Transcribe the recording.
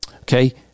Okay